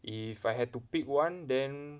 if I had to pick one then